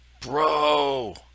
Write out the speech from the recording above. bro